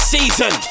Season